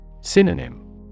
Synonym